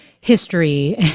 history